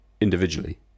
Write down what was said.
individually